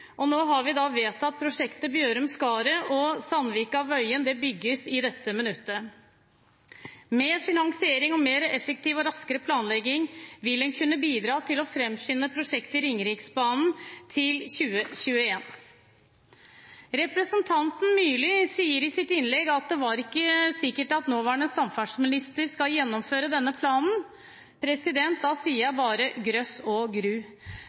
fram. Nå har vi vedtatt prosjektet Bjørum–Skaret, og Sandvika–Wøyen bygges nå. Med finansiering og mer effektiv og raskere planlegging vil en kunne bidra til å framskynde prosjektet Ringeriksbanen til 2021. Representanten Myrli sier i sitt innlegg at det ikke var sikkert at nåværende samferdselsminister skal gjennomføre denne planen. Da sier jeg bare: Grøss og gru!